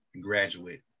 graduate